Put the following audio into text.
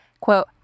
quote